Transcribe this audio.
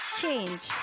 change